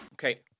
Okay